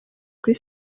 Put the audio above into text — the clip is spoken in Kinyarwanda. kuri